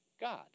God